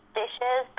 dishes